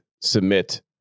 submit